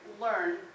learn